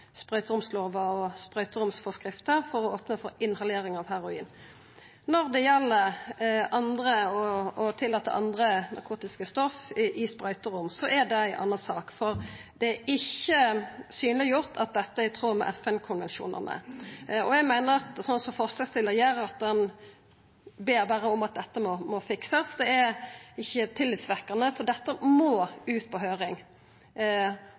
heroin. Når det gjeld å tillata andre narkotiske stoff i sprøyterom, er det ei anna sak, for det er ikkje synleggjort at dette er i tråd med FN-konvensjonane. Eg meiner, slik som forslagsstillarane gjer, at ein ber berre om at dette må fiksast. Det er ikkje tillitvekkande, for dette må ut på høyring.